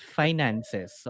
finances